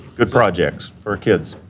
good projects for our kids.